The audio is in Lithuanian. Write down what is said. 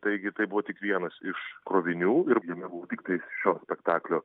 taigi tai buvo tik vienas iš krovinių ir jame buvo tiktais šio spektaklio